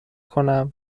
کنم